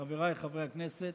חבריי חברי הכנסת,